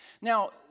Now